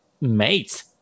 mates